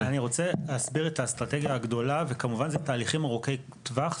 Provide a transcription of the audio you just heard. אני רוצה להסביר את האסטרטגיה הגדולה וכמובן זה תהליכים ארוכי טווח,